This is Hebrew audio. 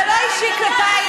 זה לא אישי כלפייך,